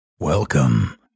Welcome